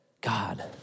God